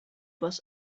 was